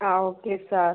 ആ okay sir